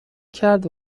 کرد